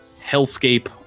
hellscape